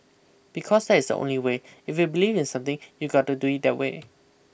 because that is the only way if you believe in something you got to do it that way